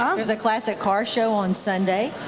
um there's a classic car show on sunday.